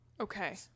Okay